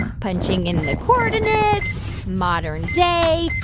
punching in the coordinates modern day,